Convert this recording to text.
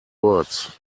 words